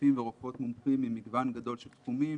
רופאים ורופאות מומחים ממגוון רחב של תחומים